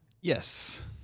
Yes